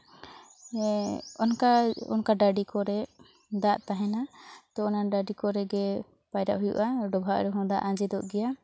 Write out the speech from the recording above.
ᱚᱱᱠᱟ ᱚᱱᱠᱟ ᱰᱟᱹᱰᱤ ᱠᱚᱨᱮ ᱫᱟᱜ ᱛᱟᱦᱮᱱᱟ ᱛᱚ ᱚᱱᱟ ᱰᱟᱹᱰᱤ ᱠᱚᱨᱮ ᱜᱮ ᱯᱟᱭᱨᱟᱜ ᱦᱩᱭᱩᱜᱼᱟ ᱰᱚᱵᱷᱟᱜ ᱨᱮᱦᱚᱸ ᱫᱟᱜ ᱟᱸᱡᱮᱫᱚᱜ ᱜᱮᱭᱟ